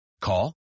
Call